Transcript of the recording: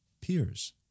peers